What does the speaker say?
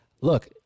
look